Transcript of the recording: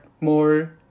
more